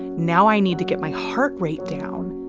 now i need to get my heart rate down